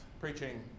preaching